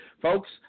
Folks